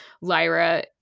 Lyra